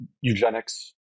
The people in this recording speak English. eugenics